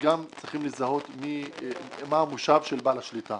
וגם צריכים לזהות מה המושב של בעל השליטה